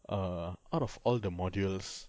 err out of all the modules